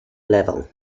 level